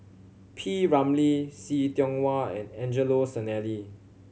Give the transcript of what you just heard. P Ramlee See Tiong Wah and Angelo Sanelli